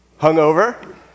Hungover